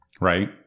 right